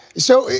so